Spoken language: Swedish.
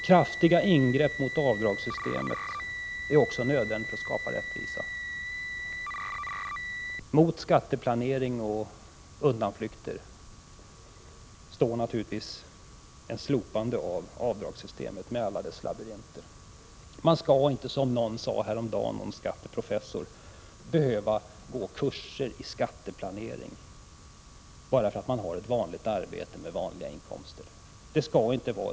Kraftiga ingrepp mot avdragssystemet är också nödvändiga för att skapa rättvisa. Ett slopande av avdragssystemet med alla dess labyrinter motverkar möjligheterna till skatteplanering och skatteflykt. Den som har ett vanligt arbete med vanliga inkomster skall inte, som en skatteprofessor sade häromdagen, behöva gå kurser i skatteplanering.